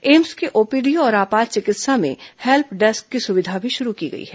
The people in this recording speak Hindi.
एम्स के ओपीडी और आपात चिकित्सा में हेल्प डेस्क की सुविधा भी शुरु की गई है